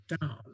down